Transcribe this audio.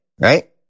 right